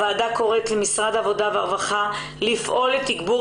הוועדה קוראת למשרד העבודה והרווחה לפעול לתגבור